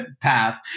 path